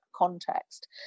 context